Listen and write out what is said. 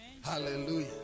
hallelujah